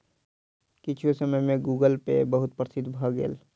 किछुए समय में गूगलपे बहुत प्रसिद्ध भअ भेल